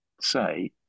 say